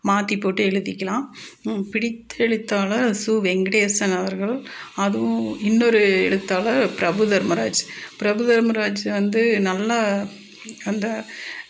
மாற்றி போட்டு எழுதிக்கலாம் பிடித்த எழுத்தாளர் சு வெங்கடேசன் அவர்கள் அதுவும் இன்னொரு எழுத்தாளர் பிரபு தர்மராஜ் பிரபு தர்மராஜ் வந்து நல்லா அந்த